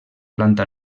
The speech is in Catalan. planta